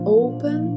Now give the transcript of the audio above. open